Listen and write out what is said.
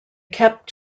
kept